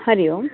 Hari Om